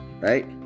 right